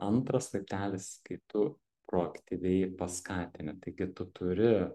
antras laiptelis kai tu proaktyviai paskatini taigi tu turi